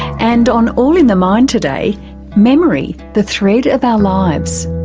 and on all in the mind today memory, the thread of our lives.